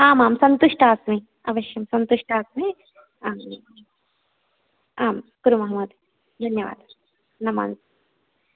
आम् आम् सन्तुष्टा अस्मि अवश्यं सन्तुष्टा अस्मि आम् आम् कुर्मः महोदय धन्यवादाः नमामि